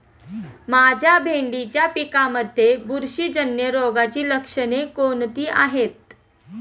माझ्या भेंडीच्या पिकामध्ये बुरशीजन्य रोगाची लक्षणे कोणती आहेत?